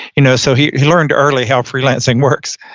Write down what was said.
you know? so he he learned early how freelancing works.